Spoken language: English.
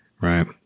right